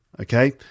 okay